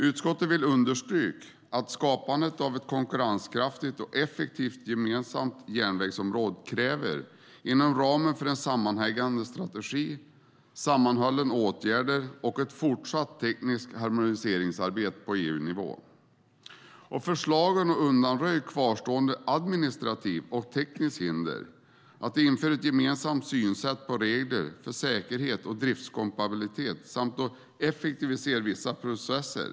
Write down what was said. Utskottet vill understryka att skapandet av ett konkurrenskraftigt och effektivt gemensamt järnvägsområde kräver - inom ramen för en sammanhängande strategi - sammanhållna åtgärder och ett fortsatt tekniskt harmoniseringsarbete på EU-nivå. Förslagen gäller att undanröja kvarstående administrativa och tekniska hinder, att införa ett gemensamt synsätt på reglerna för säkerhet och driftskompatibilitet samt att effektivisera vissa processer.